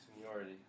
Seniority